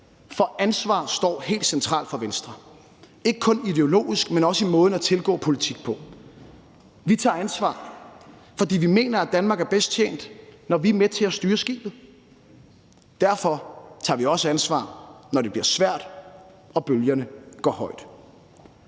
For ansvar står helt centralt for Venstre, ikke kun ideologisk, men også i måden at tilgå politik på. Vi tager ansvar, fordi vi mener, at Danmark er bedst tjent, når vi er med til at styre skibet. Derfor tager vi også ansvar, når det bliver svært og bølgerne går højt.